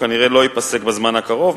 כנראה לא ייפסקו בזמן הקרוב,